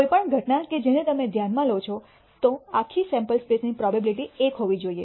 કોઈપણ ઘટના કે જેને તમે ધ્યાનમાં લો છો તો આખી સૈમ્પલ સ્પેસ ની પ્રોબેબીલીટી 1 હોવી જોઈએ